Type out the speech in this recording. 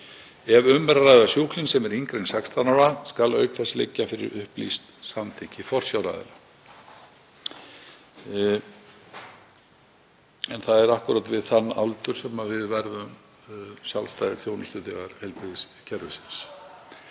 að ræða sjúkling sem er yngri en 16 ára skal auk þess liggja fyrir upplýst samþykki forsjáraðila en það er akkúrat við þann aldur sem við verðum sjálfstæðir þjónustuþegar heilbrigðiskerfisins.